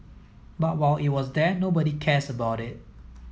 but while it was there nobody cares about it